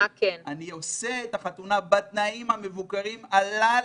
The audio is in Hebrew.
אני עושה את החתונה בתנאים המבוקרים הללו,